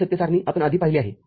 ही सत्य सारणी आपण आधी पाहिली आहे